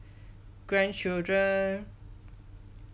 grandchildren